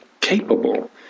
capable